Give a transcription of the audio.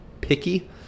picky